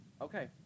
Okay